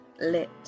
Lit